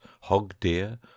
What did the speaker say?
hog-deer